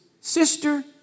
sister